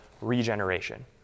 regeneration